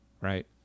right